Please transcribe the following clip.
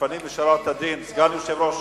לפנים משורת הדין, סגן היושב-ראש